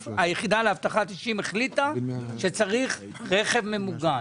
היחידה לאבטחת אישים החליטה שצריך רכב ממוגן?